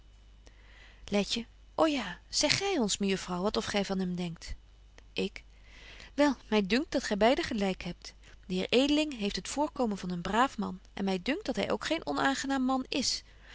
ô ja zeg gy ons mejuffrouw wat of gy van hem denkt betje wolff en aagje deken historie van mejuffrouw sara burgerhart ik wel my dunkt dat gy beiden gelyk hebt de heer edeling heeft het voorkomen van een braaf man en my dunkt dat hy ook geen onaangenaam man is